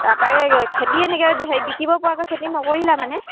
তাৰপৰা এই খেতি এনেকৈ হে বিকিব পৰাকৈ খেতি নকৰিলা মানে